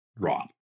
drop